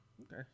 Okay